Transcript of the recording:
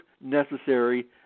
necessary